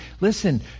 listen